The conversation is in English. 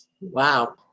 Wow